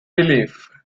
believe